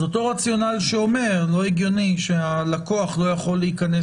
אז אותו רציונל שאומר: לא הגיוני שהלקוח לא יכול להיכנס